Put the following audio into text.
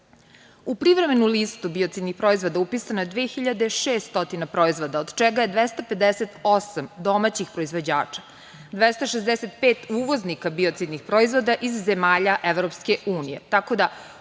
privremenu listu biocidnih proizvoda upisano je 2.006 proizvoda od čega je 258 domaćih proizvođača, 265 uvoznika biocidnih proizvoda iz zemalja EU,